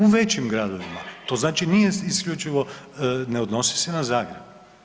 U većim gradovima, to znači nije isključivo, ne odnosi se na Zagreb.